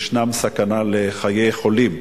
ישנה סכנה לחיי חולים.